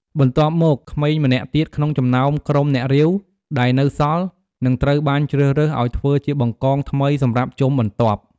បន្ទាប់មក ក្មេងម្នាក់ទៀតក្នុងចំណោម ក្រុម អ្នករាវ ដែលនៅសល់ នឹងត្រូវបានជ្រើសរើសឱ្យធ្វើជា បង្កង ថ្មីសម្រាប់ជុំបន្ទាប់។